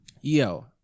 Yo